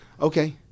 okay